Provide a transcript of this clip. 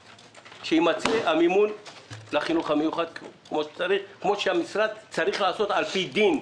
שיימצא המימון לחינוך המיוחד שהמשרד צריך לעשות על פי דין.